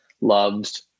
loved